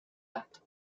acto